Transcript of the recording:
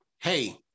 hey